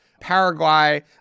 paraguay